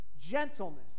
Gentleness